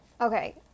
Okay